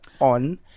on